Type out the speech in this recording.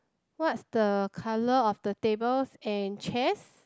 what's the colour of the tables and chairs